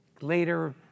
Later